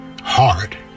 hard